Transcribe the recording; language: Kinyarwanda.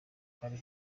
kari